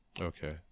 Okay